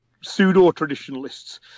pseudo-traditionalists